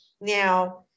Now